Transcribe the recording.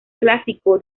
clásico